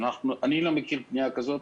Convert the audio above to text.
אני לא מכיר פנייה כזאת,